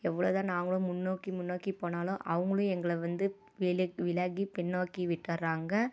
எவ்வ்ளோதான் நாங்களும் முன்னோக்கி முன்னோக்கி போனாலும் அவங்களும் எங்களை வந்து வில விலகி பின்னோக்கி விட்டுர்றாங்க